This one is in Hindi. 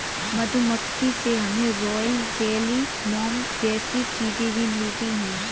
मधुमक्खी से हमे रॉयल जेली, मोम जैसी चीजे भी मिलती है